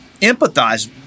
empathize